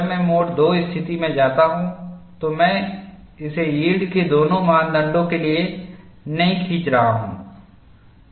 जब मैं mode II स्थिति में जाता हूं तो मैं इसे यील्ड के दोनों मानदंडों के लिए नहीं खींच रहा हूं